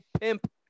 pimp